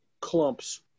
clumps